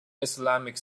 islamic